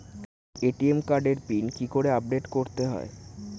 ATM কার্ডের pin কি করে আপডেট করতে হয়?